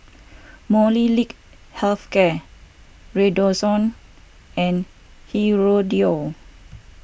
Molnylcke Health Care Redoxon and Hirudoid